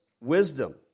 wisdom